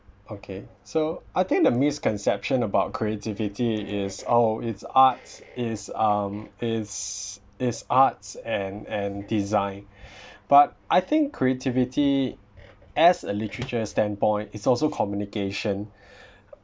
okay so I think the misconception about creativity is oh is arts is um is is arts and and design but I think creativity as a literature standpoint is also communication